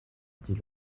dit